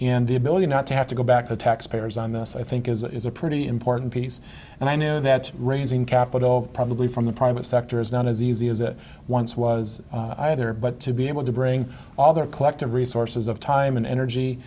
in the ability not to have to go back to taxpayers on this i think is a pretty important piece and i know that raising capital probably from the private sector is not as easy as it once was either but to be able to bring all their collective resources of time and energy